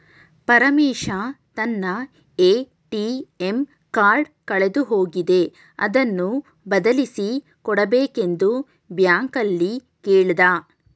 ಪರಮೇಶ ತನ್ನ ATM card ಕಳೆದು ಹೋಗಿದೆ ಅದನ್ನು ಬದಲಿಸಿ ಕೊಡಬೇಕೆಂದು ಬ್ಯಾಂಕಲ್ಲಿ ಕೇಳ್ದ